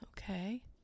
Okay